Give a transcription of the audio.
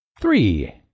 three